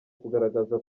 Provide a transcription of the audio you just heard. kugaragaza